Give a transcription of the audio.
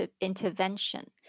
intervention